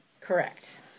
Correct